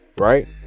Right